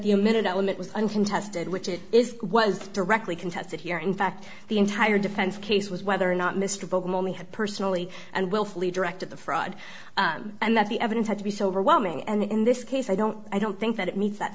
the a minute element was uncontested which it is was directly contested here in fact the entire defense case was whether or not mr bouck momi had personally and willfully directed the fraud and that the evidence had to be so overwhelming and in this case i don't i don't think that it meets that